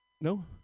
No